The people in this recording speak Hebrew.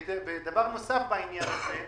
דבר נוסף בעניין הזה.